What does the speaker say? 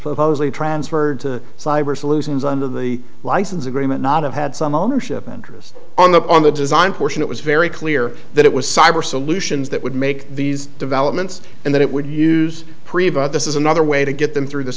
supposedly transferred to cyber solutions under the license agreement not of had some ownership interest on the on the design portion it was very clear that it was cyber solutions that would make these developments and that it would use pre bought this is another way to get them through this